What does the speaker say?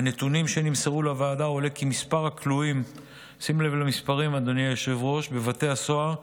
מהנתונים שנמסרו לוועדה עולה כי מספר הכלואים בבתי הסוהר,